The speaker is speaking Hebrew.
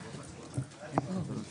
בבקשה, אדוני היועץ המשפטי.